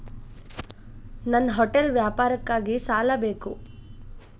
ನನ್ನ ಹೋಟೆಲ್ ವ್ಯಾಪಾರಕ್ಕಾಗಿ ಸಾಲ ಬೇಕು